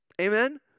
Amen